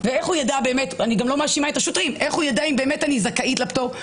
ואיך הוא ידע אם באמת אני זכאית לפטור?